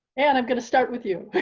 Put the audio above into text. and i'm going to start with you.